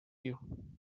you